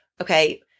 okay